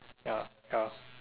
ya ya